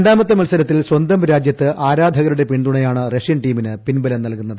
രണ്ടാമത്തെ മത്സരത്തിൽ സ്വന്തം രാജ്യത്ത് ആരാധകരുടെ പിന്തുണയാണ് റഷ്യൻ ടീമിന് പിൻബലം നൽകുന്നത്